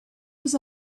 was